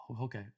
Okay